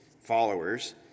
followers